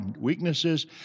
weaknesses